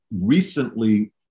recently